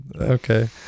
Okay